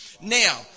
Now